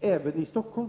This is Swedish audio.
även i Stockholm.